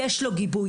יש לו גיבוי.